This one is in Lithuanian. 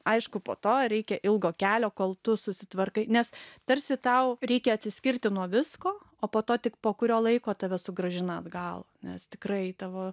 aišku po to reikia ilgo kelio kol tu susitvarkai nes tarsi tau reikia atsiskirti nuo visko o po to tik po kurio laiko tave sugrąžina atgal nes tikrai tavo